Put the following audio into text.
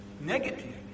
negative